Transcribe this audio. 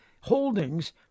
holdings